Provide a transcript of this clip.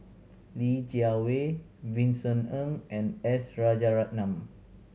Li Jiawei Vincent Ng and S Rajaratnam